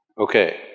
Okay